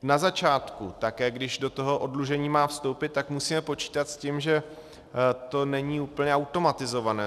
Na začátku také, když do toho oddlužení má vstoupit, tak musíme počítat s tím, že to není úplně automatizované.